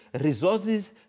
resources